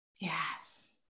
yes